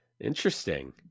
Interesting